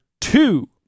two